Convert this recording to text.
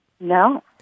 No